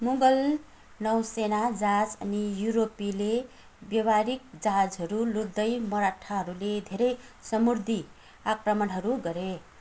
मुगल नौसेना जहाज अनि युरोपीले व्यावहारिक जहाजहरू लुट्दै मराठाहरूले धेरै समुद्री आक्रमणहरू गरे